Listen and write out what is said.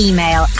Email